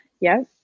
yes